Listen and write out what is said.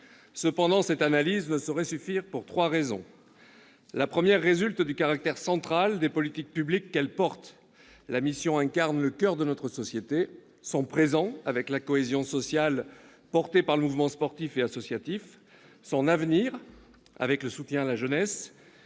Cependant, cette analyse ne saurait suffire, pour trois raisons. La première résulte du caractère central des politiques publiques qu'elle porte. La mission incarne le coeur de notre société : son présent, avec la cohésion sociale portée par les mouvements sportif et associatif ; son avenir, avec le soutien à la jeunesse,